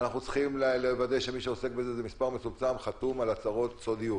אנחנו צריכים לוודא שמי שעוסק בזה זה מס' מצומצם חתום על הצהרות סודיות,